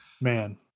Man